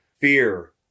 fear